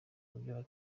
buryo